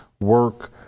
work